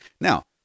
Now